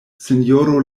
sinjoro